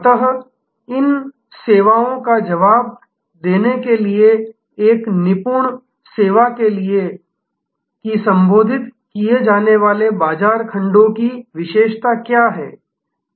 अतः इन सेवाओं का जवाब देने के लिए एक निपुण सेवा के लिए कि संबोधित किए जाने वाले बाजार खंडों की क्या विशेषताएं हैं